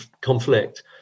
conflict